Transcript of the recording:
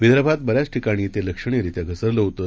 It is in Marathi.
विदर्भात बऱ्याच ठिकाणी ते लक्षणियरीत्या घसरलं होतं